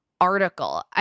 Article